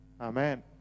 Amen